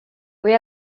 kui